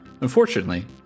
Unfortunately